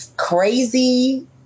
crazy